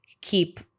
keep